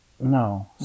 No